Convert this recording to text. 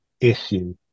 issue